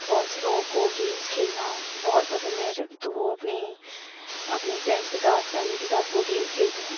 بہت سے لوگوں کو گیمس کھیلنا بہت پسند ہے تو وہ اپنی اپنے فرینڈز کے ساتھ فیملی کے ساتھ وہ گیمز کھیلتے ہیں